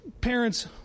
Parents